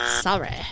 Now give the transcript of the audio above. sorry